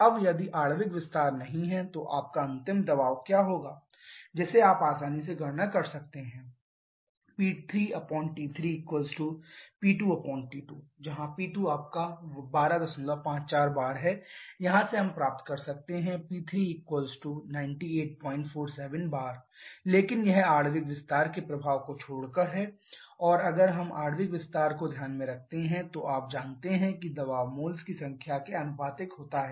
अब यदि आणविक विस्तार नहीं है तो आपका अंतिम दबाव क्या होगा जिसे आप आसानी से गणना कर सकते हैं P3T3P2T2 P2 1254 bar यहाँ से हम प्राप्त करते हैं P3 9847 bar लेकिन यह आणविक विस्तार के प्रभाव को छोड़कर है और अगर हम आणविक विस्तार को ध्यान में रखते हैं तो आप जानते हैं कि दबाव मोल्स की संख्या के लिए आनुपातिक है